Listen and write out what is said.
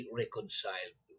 reconciled